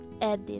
edit